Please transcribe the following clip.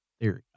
theory